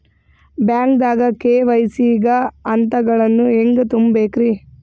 ಬ್ಯಾಂಕ್ದಾಗ ಕೆ.ವೈ.ಸಿ ಗ ಹಂತಗಳನ್ನ ಹೆಂಗ್ ತುಂಬೇಕ್ರಿ?